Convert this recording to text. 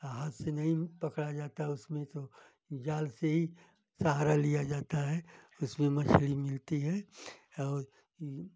हाथ से नहीं पकड़ा जाता उसमें तो जाल से ही सहारा लिया जाता है उसमें मछली मिलती है और यह